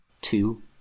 two